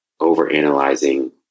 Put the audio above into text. overanalyzing